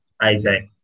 Isaac